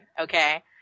Okay